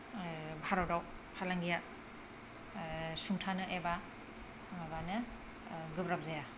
भारताव फालांगिया सुंथानो एबा माबानो गोब्राब जाया